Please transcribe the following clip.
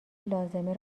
لازمه